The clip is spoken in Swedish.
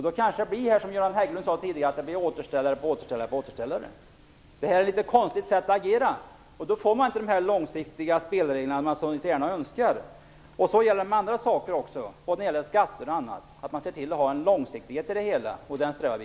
Det kanske då blir så som Göran Hägglund tidigare sade, återställare på återställare på återställare. Det här är ett konstigt sätt att agera. Genom det får man inte de långsiktiga spelregler som vi så gärna önskar oss. Också när det gäller bl.a. skatter bör man se till att få en långsiktighet, och en sådan eftersträvar vi.